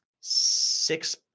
six